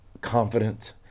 confident